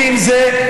רוצים זה?